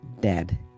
Dead